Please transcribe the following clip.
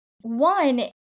one